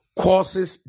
causes